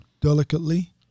delicately